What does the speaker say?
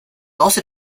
also